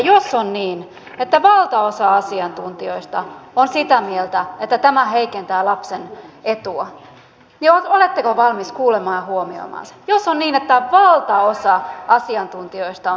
jos on niin että valtaosa asiantuntijoista on sitä mieltä että tämä heikentää lapsen etua niin oletteko valmiit kuulemaan ja huomioimaan sen jos on niin että valtaosa asiantuntijoista on sitä mieltä